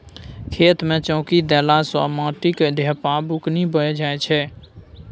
खेत मे चौकी देला सँ माटिक ढेपा बुकनी भए जाइ छै